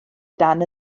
dan